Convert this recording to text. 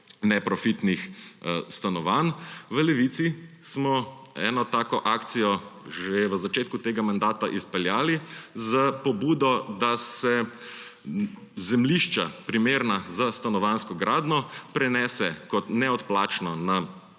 neprofitnih stanovanj. V Levici smo eno tako akcijo že v začetku tega mandata izpeljali s pobudo, da se zemljišča, primerna za stanovanjsko gradnjo, prenese kot neodplačno na